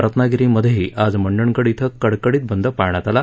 रत्नागिरीमधेही आज मंडणगड श्र कडकडित बंद पाळण्यात आला